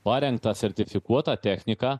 parengtą sertifikuotą techniką